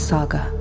Saga